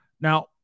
Now